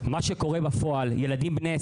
לכן אדוני,